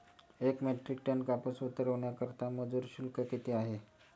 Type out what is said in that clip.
एक metric ton कापूस उतरवण्याकरता मजूर शुल्क किती आहे?